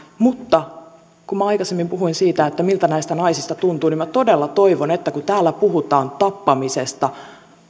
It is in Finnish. mutta kun minä aikaisemmin puhuin siitä miltä näistä naisista tuntuu niin minä todella toivon että kun täällä puhutaan tappamisesta